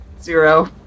zero